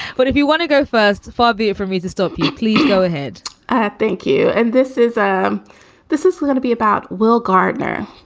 but if you want to go first. far be it for me to stop you. please go ahead thank you. and this is um this is going to be about will gardner